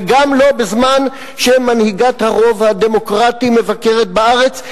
וגם לא בזמן שמנהיגת הרוב הדמוקרטי מבקרת בארץ,